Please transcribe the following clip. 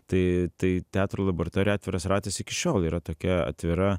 tai tai teatro laboratorija atviras ratas iki šiol yra tokia atvira